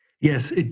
Yes